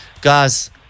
Guys